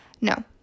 No